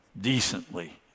decently